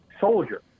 soldier